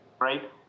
right